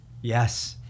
Yes